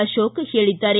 ಅಶೋಕ್ ಹೇಳಿದ್ದಾರೆ